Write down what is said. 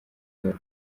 rwego